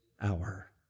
hour